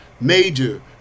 Major